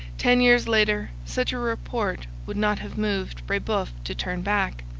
ten years later, such a report would not have moved brebeuf to turn back,